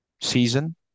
season